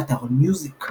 באתר ספוטיפיי